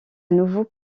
nouveau